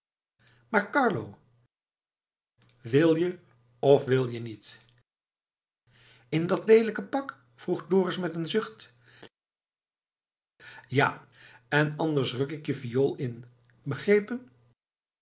maar carlo wil je of wil je niet in dat leelijke pak vroeg dorus met een zucht ja en anders ruk ik je viool in begrepen